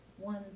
One